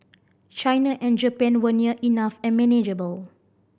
China and Japan were near enough and manageable